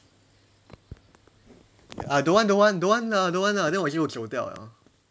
uh don't want don't want don't want lah don't want lah then 我就走掉 liao